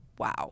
wow